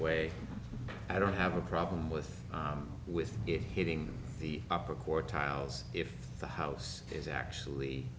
way i don't have a problem with with it hitting the upper court tiles if the house is actually